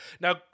now